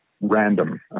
random